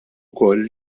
wkoll